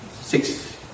six